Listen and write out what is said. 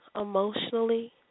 emotionally